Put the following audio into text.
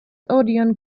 odeon